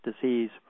disease